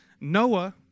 Noah